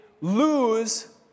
lose